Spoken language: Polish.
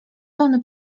lony